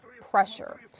pressure